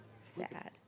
Sad